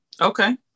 okay